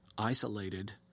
isolated